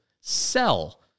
Sell